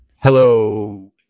Hello